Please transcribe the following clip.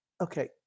Okay